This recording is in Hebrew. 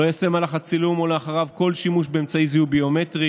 לא ייעשה במהלך הצילום או אחריו כל שימוש באמצעי זיהוי ביומטרי